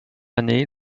année